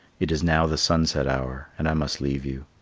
it is now the sunset hour, and i must leave you.